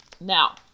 Now